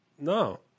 No